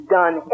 done